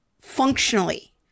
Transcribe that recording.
functionally